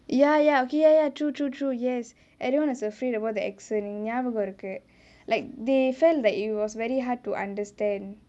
ya ya okay ya ya true true true yes everyone is afraid about the accent ஞாபகம் இருக்கு:nyaabagam irukku like they felt that it was very hard to understand